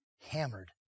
hammered